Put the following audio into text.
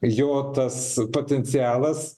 jo tas potencialas